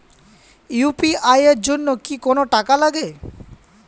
UPI এর জন্য কি কোনো টাকা লাগে?